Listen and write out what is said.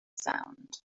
sound